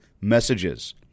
messages